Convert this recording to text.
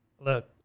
look